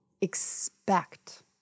expect